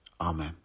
amen